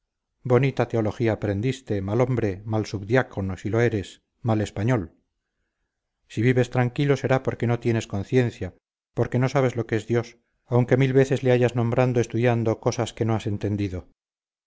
bonita teología aprendiste mal hombre mal subdiácono si lo eres mal español si vives tranquilo será porque no tienes conciencia porque no sabes lo que es dios aunque mil veces le hayas nombrado estudiando cosas que no has entendido